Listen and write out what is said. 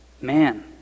man